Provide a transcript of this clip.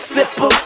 Simple